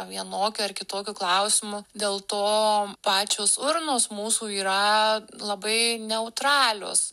vienokiu ar kitokiu klausimu dėl to pačios urnos mūsų yra labai neutralios